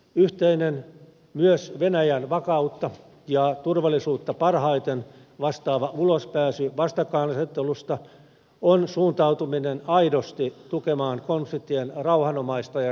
yhteinen myös venäjän vakautta ja turvallisuutta parhaiten vastaava ulospääsy vastakkainasettelusta on suuntautuminen aidosti tukemaan konfliktien rauhanomaista ja kestävää ratkaisua